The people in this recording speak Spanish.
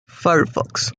firefox